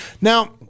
Now